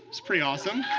it's pretty awesome.